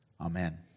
amen